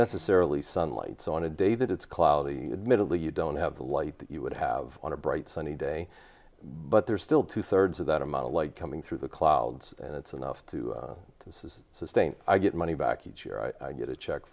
necessarily sunlight so on a day that it's cloudy admittedly you don't have the light that you would have on a bright sunny day but there's still two thirds of that amount of light coming through the clouds and it's enough to this is sustained i get money back each year i get a check